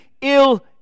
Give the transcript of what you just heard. ill